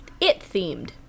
it-themed